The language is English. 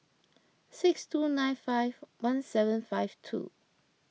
six two nine five one seven five two